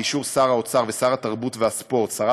באישור שר האוצר ושרת התרבות והספורט,